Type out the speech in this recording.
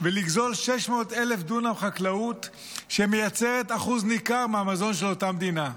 ולגזול 600,000 דונם חקלאות שמייצרת אחוז ניכר מהמזון של אותה מדינה.